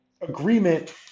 agreement